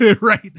right